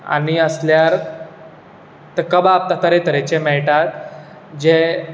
आनी आसल्यार ते कबाब ते तरेतरेचे मेळटात जे